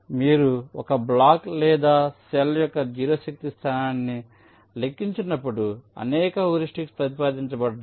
మీరు ఒక బ్లాక్ లేదా సెల్ యొక్క 0 శక్తి స్థానాన్ని లెక్కించినప్పుడు అనేక హ్యూరిస్టిక్స్ ప్రతిపాదించబడ్డాయి